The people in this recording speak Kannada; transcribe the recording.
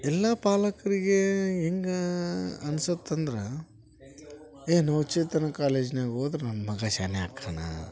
ಎಲ್ಲ ಪಾಲಕರಿಗೆ ಹೆಂಗ ಅನ್ಸತ್ತಂದ್ರೆ ಏ ನವಚೇತನ ಕಾಲೇಜ್ನಾಗ ಓದ್ದ್ರ ನನ್ನ ಮಗ ಶಾಣೆಯಾಗ್ತಾನೆ